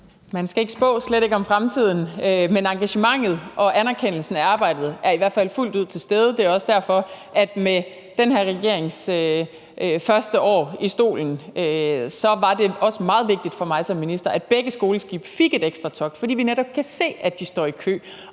Man skal ikke spå og slet ikke om fremtiden. Men engagementet og anerkendelsen af arbejdet er i hvert fald fuldt ud til stede. Det er også derfor, at det i den her regerings første år i stolen har været meget vigtigt for mig som minister, at begge skoleskibe fik et ekstra togt, fordi vi netop kan se, at de står i kø.